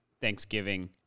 thanksgiving